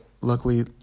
luckily